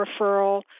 referral